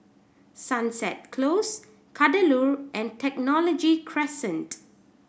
Sunset Close Kadaloor and Technology Crescent